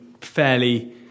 fairly